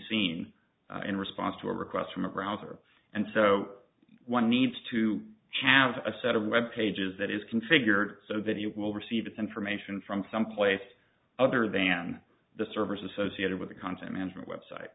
seen in response to a request from a browser and so one needs to have a set of web pages that is configured so that you will receive information from someplace other than the servers associated with the content management web site